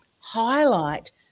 highlight